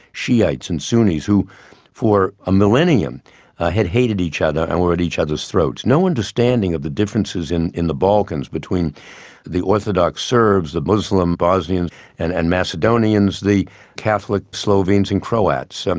shi'ites and sunnis who for a millennium had hated each other and were at each other's throats. no understanding of the differences in in the balkans between the orthodox serbs, the muslim bosnians and and macedonians, the catholic slovenes and croats, um